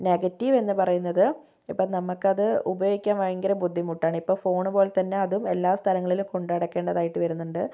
നെഗറ്റീവെന്ന് പറയുന്നത് ഇപ്പം നമുക്കത് ഉപയോഗിക്കാൻ ഭയങ്കര ബുദ്ധിമുട്ടാണ് ഇപ്പോൾ ഫോൺ പോലെത്തന്നെ അതും എല്ലാ സ്ഥലങ്ങളിലും കൊണ്ടു നടക്കേണ്ടതായിട്ട് വരുന്നുണ്ട്